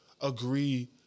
agree